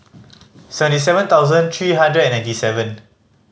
seventy seven thousand three hundred and ninety seven